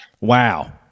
Wow